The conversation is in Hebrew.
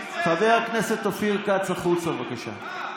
חבר הכנסת אופיר כץ, החוצה, בבקשה.